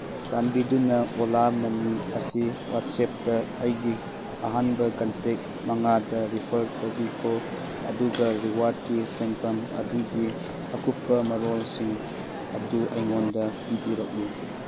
ꯆꯥꯟꯕꯤꯗꯨꯅ ꯑꯣꯂꯥ ꯃꯅꯤ ꯑꯁꯤ ꯋꯥꯆꯦꯞꯇ ꯑꯩꯒꯤ ꯑꯍꯥꯟꯕ ꯀꯟꯇꯦꯛ ꯃꯉꯥꯗ ꯔꯤꯐꯔ ꯇꯧꯕꯤꯈꯣ ꯑꯗꯨꯒ ꯔꯤꯋꯥꯔꯠꯀꯤ ꯁꯦꯟꯐꯝ ꯑꯗꯨꯒꯤ ꯑꯀꯨꯞꯄ ꯃꯔꯣꯜꯁꯤꯡ ꯑꯗꯨ ꯑꯩꯉꯣꯟꯗ ꯄꯤꯕꯤꯔꯛꯎ